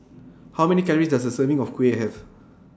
How Many Calories Does A Serving of Kuih Have